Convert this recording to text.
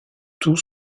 tous